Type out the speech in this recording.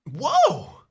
Whoa